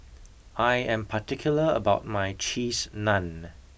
I am particular about my Cheese Naan